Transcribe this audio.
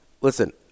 Listen